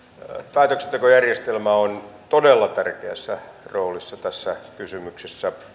päätöksentekojärjestelmä on todella tärkeässä roolissa tässä kysymyksessä